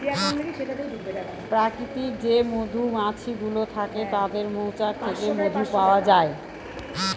প্রাকৃতিক যে মধুমাছি গুলো থাকে তাদের মৌচাক থেকে মধু পাওয়া যায়